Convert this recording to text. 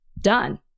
done